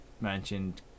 mentioned